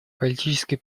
политический